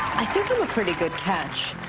i think i'm a pretty good catch,